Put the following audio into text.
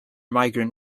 migrant